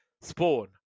Spawn